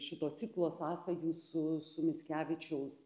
šito ciklo sąsajų su su mickevičiaus